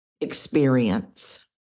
experience